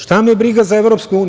Šta me briga za EU?